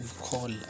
call